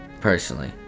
personally